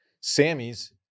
Sammy's